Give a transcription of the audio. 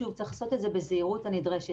צריך לעשות את זה בזהירות הנדרשת.